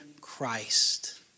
Christ